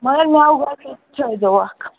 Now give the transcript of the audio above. مگر ناو گۅژرِ تھٲوِزیٚو اَکھ